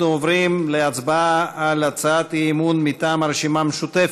אנחנו עוברים להצבעה על הצעת אי-אמון מטעם הרשימה המשותפת: